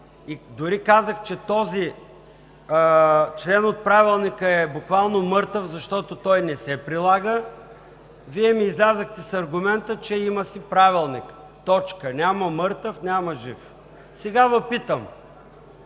и дори казах, че този член от Правилника е буквално мъртъв, защото той не се прилага, Вие ми излязохте с аргумента, че си има Правилник. Точка. Няма мъртъв, няма жив! Сега Ви питам: